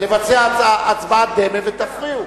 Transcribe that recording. לבצע הצבעת דמה ותפריעו.